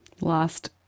last